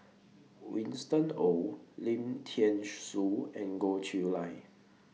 Winston Oh Lim Thean Soo and Goh Chiew Lye